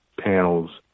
panels